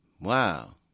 wow